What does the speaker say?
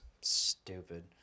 stupid